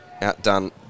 outdone